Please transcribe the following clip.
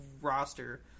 roster